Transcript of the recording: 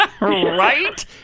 right